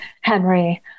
Henry